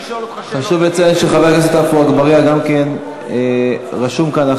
חשוב לציין שחבר הכנסת עפו אגבאריה גם רשום כאן,